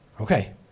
Okay